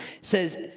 says